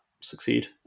succeed